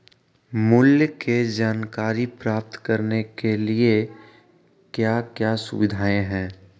मूल्य के जानकारी प्राप्त करने के लिए क्या क्या सुविधाएं है?